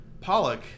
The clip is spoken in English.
Pollock